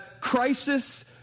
crisis